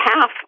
half